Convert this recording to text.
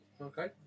Okay